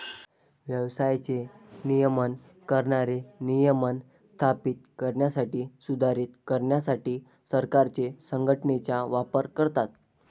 व्यवसायाचे नियमन करणारे नियम स्थापित करण्यासाठी, सुधारित करण्यासाठी सरकारे संघटनेचा वापर करतात